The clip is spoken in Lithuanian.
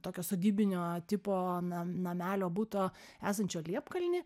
tokio sodybinio tipo nam namelio buto esančio liepkalny